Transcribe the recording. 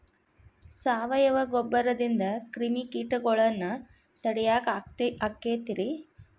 ಸಾವಯವ ಗೊಬ್ಬರದಿಂದ ಕ್ರಿಮಿಕೇಟಗೊಳ್ನ ತಡಿಯಾಕ ಆಕ್ಕೆತಿ ರೇ?